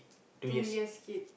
two years kid